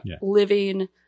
living